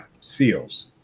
Seals